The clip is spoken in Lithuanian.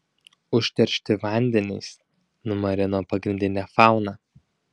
užteršti vandenys numarino pagrindinę fauną